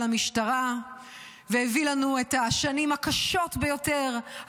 המשטרה והביא לנו את השנים הקשות ביותר,